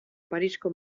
parisko